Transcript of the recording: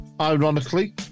Ironically